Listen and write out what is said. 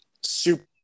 super